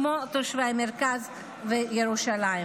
כמו תושבי המרכז וירושלים.